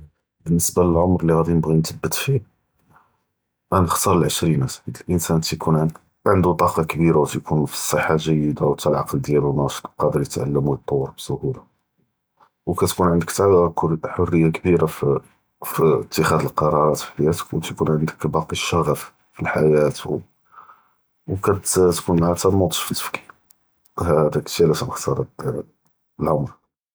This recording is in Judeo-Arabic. באלניסבה ללער’מר לי ראדי נבגי נצבת פיהא ענכ’תאר אלעשרינאת חית לאנסאן תיקון ענדו טאקה כבירה ו תיקון פצהה ג’ידה ו חתה אלעקל דיאלו נאשיט יבקא ע’יר יתעלם ו יתטוור בסהולה، ו כתכון ענדכ חתה חריה כבירه פתח’אד אלקראראת פחיאתכ ו תיקון ענדכ באקי אלש’ע’ף פלאחיאה ו כתכון מהתאם בתפכיר، האדאכ אלשי עלאש ענכ’תאר האד.